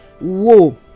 whoa